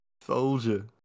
Soldier